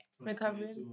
Recovery